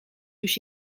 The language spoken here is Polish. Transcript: już